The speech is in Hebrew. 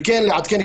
וכן לעדכן,